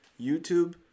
YouTube